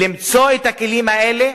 למצוא את הכלים האלה,